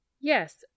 Yes